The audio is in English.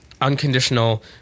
unconditional